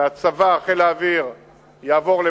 שהצבא, חיל האוויר יעבור.